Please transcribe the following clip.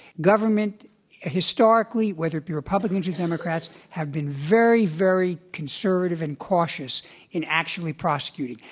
government historically, whether it be republicans or democrats, have been very, very conservative and cautious in actually prosecuting.